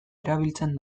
erabiltzen